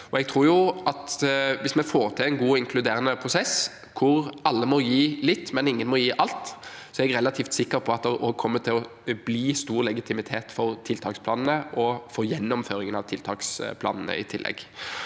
Hvis vi får til en god og inkluderende prosess, hvor alle må gi litt, men ingen må gi alt, er jeg relativt sikker på at det også kommer til å bli stor legitimitet for tiltaksplanene og for gjennomføringen av dem. Vi